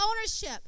ownership